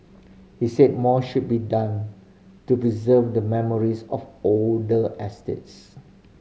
he said more should be done to preserve the memories of older estates